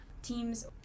teams